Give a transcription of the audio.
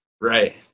Right